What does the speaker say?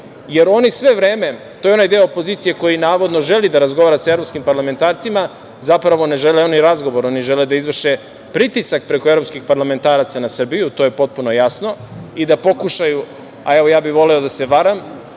jer oni svo vreme, to je onaj deo opozicije, koji navodno želi da razgovara sa evropskim parlamentarcima, zapravo ne žele oni razgovor, oni žele da izvrše pritisak preko evropskih parlamentaraca na Srbiju, to je potpuno jasno i da pokušaju, a evo ja bi voleo da se varam,